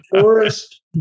forest